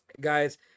guys